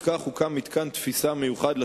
לכן, כאן זה עומד.